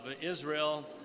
Israel